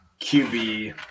QB